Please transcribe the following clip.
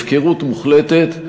הפקרות מוחלטת.